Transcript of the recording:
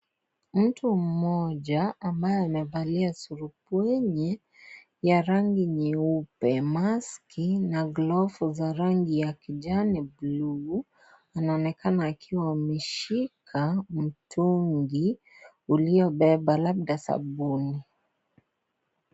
Mtu mmoja maabye amevalia surupwenye ya rangi nyeupe maski na glavu za rangi ya kijani bluu anaonekana akiwa ameshika mtungi ulio beba labda sabuni.